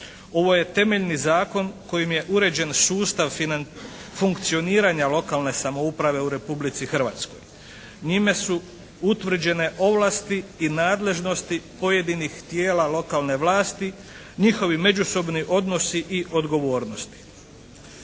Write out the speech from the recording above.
Ovo je temeljni zakon kojim je uređen sustav funkcioniranja lokalne samouprave u Republici Hrvatskoj. Njime su utvrđene ovlasti i nadležnosti pojedinih tijela lokalne vlasti, njihovi međusobni odnosi i odgovornosti.